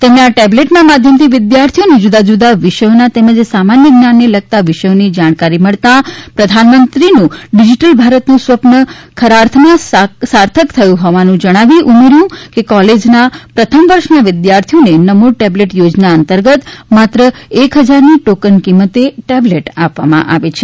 તેમણે આ ટેબલેટના માધ્યમથી વિદ્યાર્થીઓને જુદા જુદા વિષયોના તેમજ સામાન્ય જ્ઞાનને લગતા વિષયોની જાણકારી મળતાં પ્રધાનમંત્રીનું ડિજિટલ ભારતનું સ્વપ્ન ખરા અર્થમાં સાર્થક થયું હોવાનું જણાવી વધુમાં ઉમેર્ચું હતું કે કોલેજના પ્રથમ વર્ષના વિદ્યાર્થીઓને નમો ટેબલેટ યોજના અંતર્ગતમાત્ર એક હજારની ટોકન કિંમતે ટેબલેટ આપવામાં આવે છે